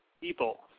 people